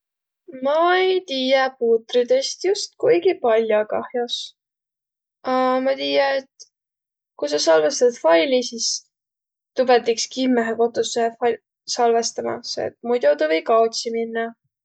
Ma ei tiiä puutridõst just kuigi pall'o kah'os. A ma tiiä, et ku sa salvõstat faili, sis tuu piät iks kimmähe kotussõhe fai- salvõstama, selle et muido tä või kaotsi minnäq.